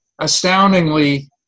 astoundingly